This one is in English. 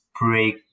break